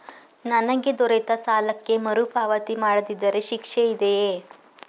ನನಗೆ ದೊರೆತ ಸಾಲಕ್ಕೆ ಮರುಪಾವತಿ ಮಾಡದಿದ್ದರೆ ಶಿಕ್ಷೆ ಇದೆಯೇ?